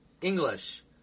English